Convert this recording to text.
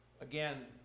again